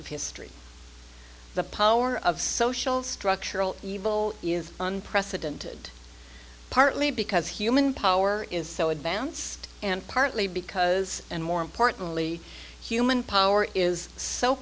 of history the power of social structural evil is unprecedented partly because human power is so advanced and partly because and more importantly human power is so